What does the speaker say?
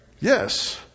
Yes